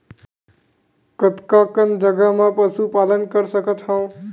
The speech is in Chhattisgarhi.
कतका कन जगह म पशु पालन कर सकत हव?